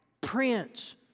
prince